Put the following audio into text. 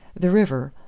the river,